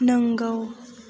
नंगौ